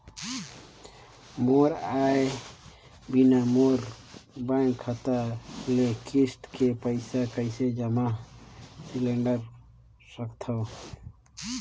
मोर आय बिना मोर बैंक खाता ले किस्त के पईसा कइसे जमा सिलेंडर सकथव?